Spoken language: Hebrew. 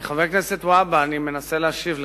חבר הכנסת והבה, אני מנסה להשיב לך.